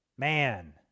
Man